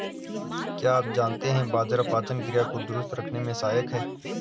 क्या आप जानते है बाजरा पाचन क्रिया को दुरुस्त रखने में सहायक हैं?